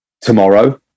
tomorrow